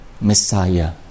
Messiah